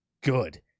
good